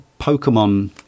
Pokemon